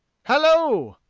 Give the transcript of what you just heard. hallo!